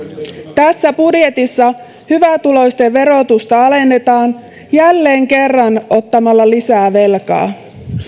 tässä budjetissa hyvätuloisten verotusta alennetaan jälleen kerran ottamalla lisää velkaa